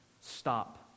stop